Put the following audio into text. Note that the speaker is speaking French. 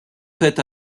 fait